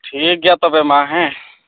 ᱴᱷᱤᱠᱜᱮᱭᱟ ᱛᱚᱵᱮ ᱢᱟ ᱦᱮᱸ